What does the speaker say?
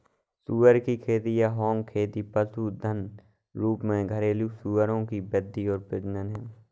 सुअर की खेती या हॉग खेती पशुधन के रूप में घरेलू सूअरों की वृद्धि और प्रजनन है